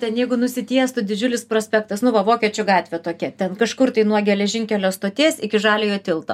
ten jeigu nusitiestų didžiulis prospektas nu va vokiečių gatvė tokia ten kažkur tai nuo geležinkelio stoties iki žaliojo tilto